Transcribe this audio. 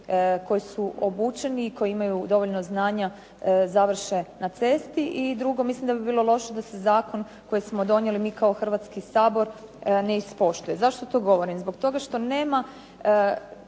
koji su obučeni i koji imaju dovoljno znanja završe na cesti. I drugo mislim da bi bilo loše da se zakon koji smo donijeli mi kao Hrvatski sabor ne ispoštuje. Zašto to govorim? Zbog toga što nema